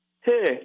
Hey